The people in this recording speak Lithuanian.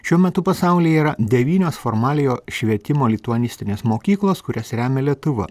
šiuo metu pasaulyje yra devynios formaliojo švietimo lituanistinės mokyklos kurias remia lietuva